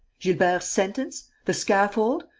gilbert's sentence? the scaffold?